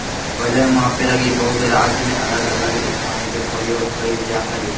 वजन मापे लगी बहुत राज्य में अलग अलग इकाई के प्रयोग कइल जा हइ